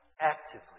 actively